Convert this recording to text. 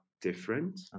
different